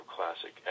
classic